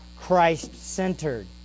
Christ-centered